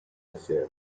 insieme